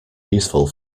useful